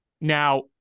Now